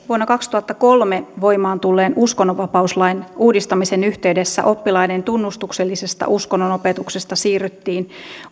vuonna kaksituhattakolme voimaan tulleen uskonnonvapauslain uudistamisen yhteydessä oppilaiden tunnustuksellisesta uskonnonopetuksesta siirryttiin